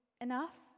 enough